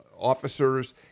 officers